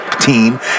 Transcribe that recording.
team